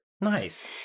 Nice